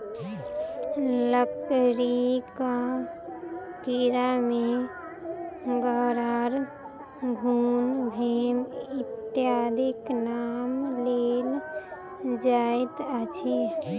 लकड़ीक कीड़ा मे गरार, घुन, भेम इत्यादिक नाम लेल जाइत अछि